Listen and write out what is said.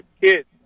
kids